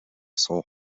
soul